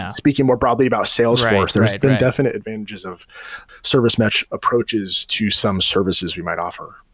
speaking more probably about salesforce, there has been definite advantages of service mesh approaches to some services we might offer